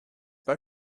pas